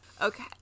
Okay